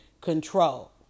control